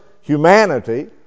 humanity